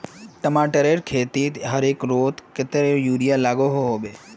टमाटरेर खेतीत हर एकड़ोत कतेरी यूरिया लागोहो होबे?